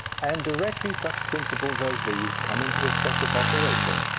and directly such principles as these come into effective operation,